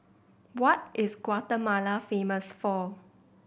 what is Guatemala famous for